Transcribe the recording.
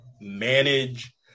manage